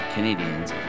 Canadians